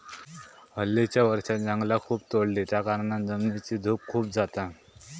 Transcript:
हल्लीच्या वर्षांत जंगला खूप तोडली त्याकारणान जमिनीची धूप खूप जाता